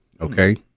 Okay